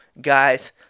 Guys